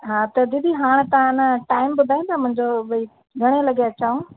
हा त दीदी हाणे त न टाइम ॿुधाईंदो मुंहिंजो भाई घणे लॻे अचाव